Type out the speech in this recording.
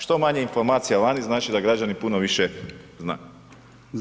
Što manje informacija vani znači da građani puno više zna.